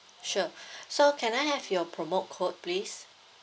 sure so can I have your promo code please